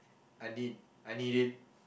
I need I need it